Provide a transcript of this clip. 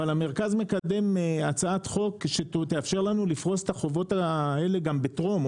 אבל המרכז מקדם הצעת חוק שתאפשר לנו לפרוס את החובות האלה גם בטרום,